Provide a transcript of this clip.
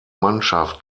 mannschaft